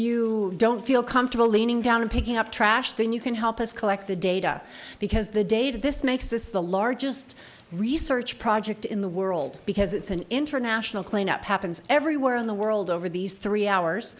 you don't feel comfortable leaning down and picking up trash then you can help us collect the data because the data this makes this the largest research project in the world because it's an international cleanup happens everywhere in the world over these three hours